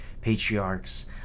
patriarchs